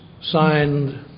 signed